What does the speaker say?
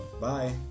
Bye